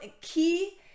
key